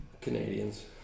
Canadians